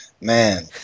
Man